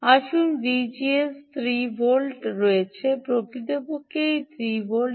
আসুন ভিজিএসের 3 ভোল্ট রয়েছে প্রকৃতপক্ষে এটি 3 ভোল্ট